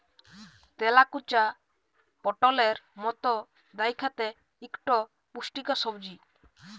তেলাকুচা পটলের মত দ্যাইখতে ইকট পুষ্টিকর সবজি